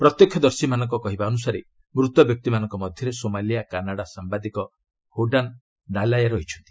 ପ୍ରତ୍ୟକ୍ଷଦର୍ଶୀମାନଙ୍କ କହିବା ଅନୁସାରେ ମୃତ ବ୍ୟକ୍ତିମାନଙ୍କ ମଧ୍ୟରେ ସୋମାଲିଆ କାନାଡ଼ା ସାମ୍ଭାଦିକ ହୋଡାନ୍ ନାଲାୟେ ଅଛନ୍ତି